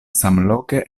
samloke